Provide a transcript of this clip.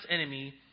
enemy